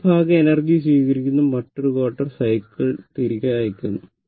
അതിനാൽ ഈ ഭാഗം എനർജി സ്വീകരിക്കുന്നു മറ്റൊരു ക്വാട്ടർ സൈക്കിൾ തിരികെ അയയ്ക്കുന്നു